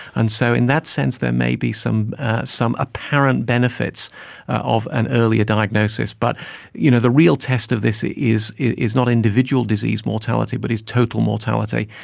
and so in that sense there may be some some apparent benefits of an earlier diagnosis. but you know the real test of this is is not individual disease mortality but is total mortality,